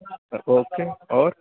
سر کوفتے اور